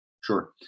Sure